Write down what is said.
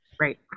Right